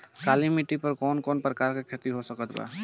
काली मिट्टी पर कौन कौन प्रकार के खेती हो सकत बा?